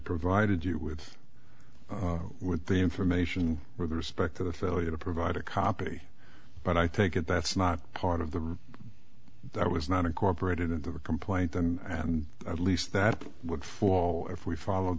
provided you with with the information or the respect to the failure to provide a copy but i think it that's not part of the that was not incorporated into the complaint and at least that would fall if we followed